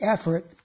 effort